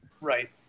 Right